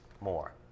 more